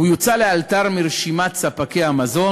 הוא יוצא לאלתר מרשימת ספקי המזון,